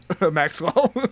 Maxwell